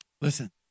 Listen